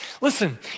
Listen